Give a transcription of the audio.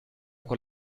con